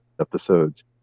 episodes